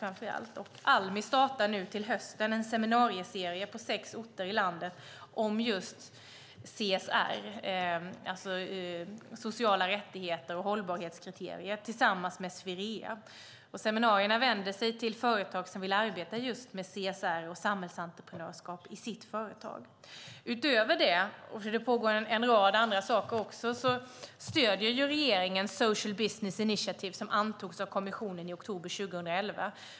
Almi startar till hösten en seminarieserie på sex orter i landet om CSR, det vill säga sociala rättigheter och hållbarhetskriterier, tillsammans med Swerea. Seminarierna vänder sig till företagare som vill arbeta med CSR och samhällsentreprenörskap i sina företag. Utöver det - det pågår en rad andra saker också - stöder regeringen Social Business Initiative som antog av kommissionen i oktober 2011.